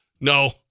No